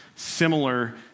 Similar